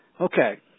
Okay